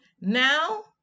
Now